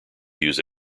use